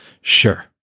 Sure